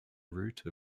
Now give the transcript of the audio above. route